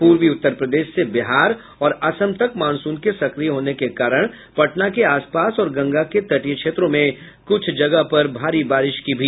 पूर्वी उत्तर प्रदेश से बिहार और असम तक मॉनसून के सक्रिय होने के कारण पटना के आसपास और गंगा के तटीय क्षेत्रों में कुछ जगहों पर भारी बारिश की भी आशंका है